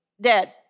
dead